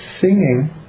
singing